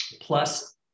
plus